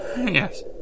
yes